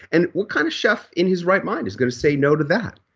and what kind of chef in his right mind is going to say no to that?